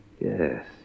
Yes